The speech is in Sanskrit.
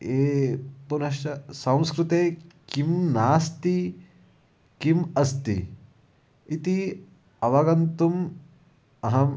ये पुनश्च संस्कृते किं नास्ति किम् अस्ति इति अवगन्तुम् अहम्